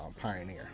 pioneer